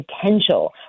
potential